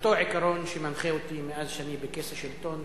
מאותו עיקרון שמנחה אותי מאז שאני בכס השלטון,